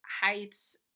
heights